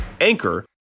Anchor